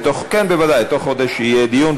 כן, בוודאי, בתוך חודש יהיה דיון.